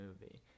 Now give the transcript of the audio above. movie